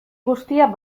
guztia